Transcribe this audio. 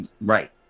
Right